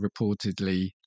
reportedly